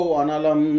analam